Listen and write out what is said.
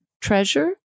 treasure